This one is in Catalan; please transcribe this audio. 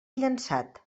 llençat